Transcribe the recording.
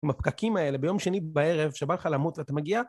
עם הפקקים האלה ביום שני בערב, שבא לך למות ואתה מגיע.